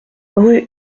rue